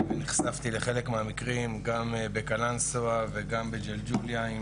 נחשפתי לחלק מהמקרים גם בקלנסואה וגם בג'לג'וליה.